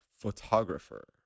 photographer